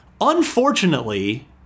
unfortunately